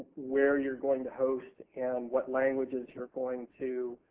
where youire going to host and what languages youire going to